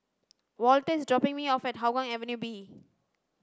Walter is dropping me off at Hougang Avenue B